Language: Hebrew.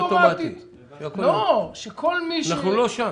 אנחנו לא שם.